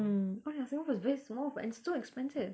mm oh ya singapore is very small but it's so expensive